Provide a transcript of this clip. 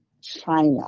China